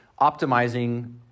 optimizing